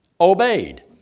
obeyed